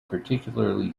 particularly